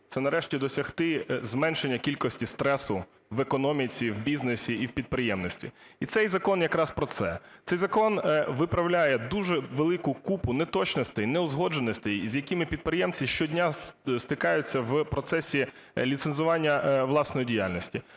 це, нарешті, досягти зменшення кількості стресу в економіці, в бізнесі і в підприємництві. І цей закон якраз про це. Цей закон виправляє дуже велику купу неточностей, неузгодженостей, з якими підприємці щодня стикаються в процесі ліцензування власної діяльності,